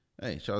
hey